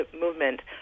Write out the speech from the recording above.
Movement